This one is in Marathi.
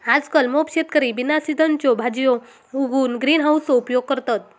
आजकल मोप शेतकरी बिना सिझनच्यो भाजीयो उगवूक ग्रीन हाउसचो उपयोग करतत